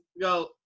go